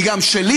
היא גם שלי,